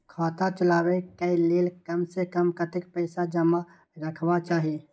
खाता चलावै कै लैल कम से कम कतेक पैसा जमा रखवा चाहि